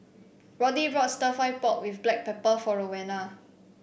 Roddy bought stir fry pork with Black Pepper for Rowena